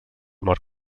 mort